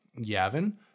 Yavin